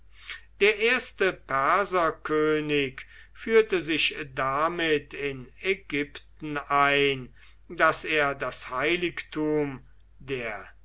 der erste perserkönig führte sich damit in ägypten ein daß er das heiligtum der